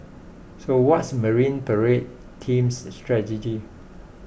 so what's Marine Parade team's strategy